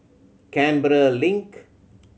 Canberra Link